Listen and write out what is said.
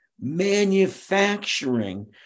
manufacturing